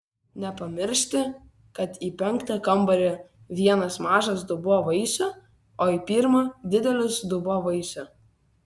nepamiršti kad į penktą kambarį vienas mažas dubuo vaisių o į pirmą didelis dubuo vaisių